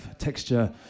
Texture